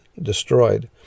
destroyed